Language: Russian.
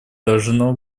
должно